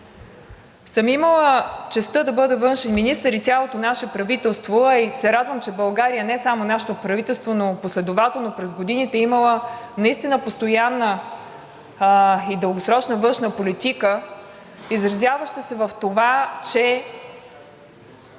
съм имала честта да бъда външен министър, и цялото наше правителство, а и се радвам, че България – не само нашето правителство, но последователно през годините е имала наистина постоянна и дългосрочна външна политика, изразяваща се в това, че